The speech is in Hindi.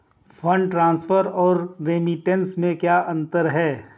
फंड ट्रांसफर और रेमिटेंस में क्या अंतर है?